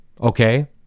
okay